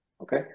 Okay